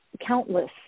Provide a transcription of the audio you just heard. countless